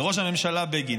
לראש הממשלה בגין.